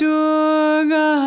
Durga